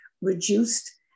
reduced